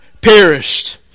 perished